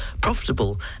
profitable